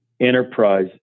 Enterprise